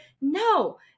No